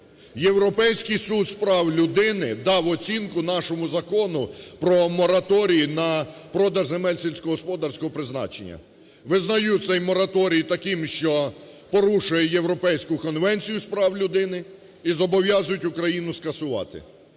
Європейський Суд з прав людини дав оцінку нашому Закону "Про мораторій на продаж земель сільськогосподарського призначення". Визнають цей мораторій таким, що порушує Європейську конвенцію з прав людини і зобов'язують Україну скасувати.